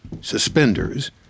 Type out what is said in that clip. suspenders